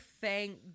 thank